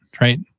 right